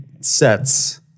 sets